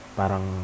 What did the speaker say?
parang